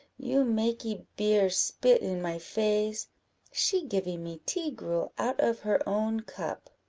you makee beer spit in my face she givee me tea-gruel out of her own cup.